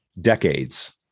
decades